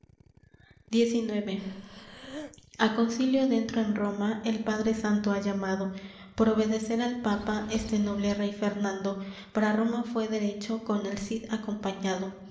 concilio dentro en roma el padre santo ha llamado por obedecer al papa este noble rey fernando para roma fué derecho con el cid acompañado